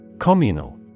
Communal